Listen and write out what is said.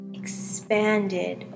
expanded